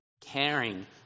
Caring